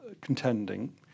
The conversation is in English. contending